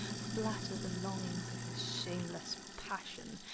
flatter the longings of his shameless passion,